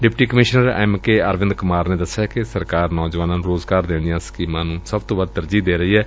deputy commissioner M K Arvind Kumar ਨੇ ਦਸਿਆ ਕਿ ਸਰਕਾਰ ਨੌਜਵਾਨਾਂ ਨੂੰ ਰੋਜ਼ਗਾਰ ਦੇਣ ਦੀਆ ਸਕੀਮਾ ਨੂੰ ਸਭ ਤੋ ਵੱਧ ਤਰਜੀਹ ਦੇ ਰਹੀ ਏ